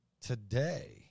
today